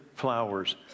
flowers